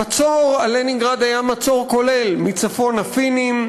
המצור על לנינגרד היה מצור כולל: מצפון הפינים,